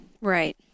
Right